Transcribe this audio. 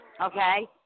okay